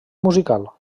musical